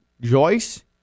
Joyce